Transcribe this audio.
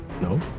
no